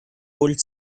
old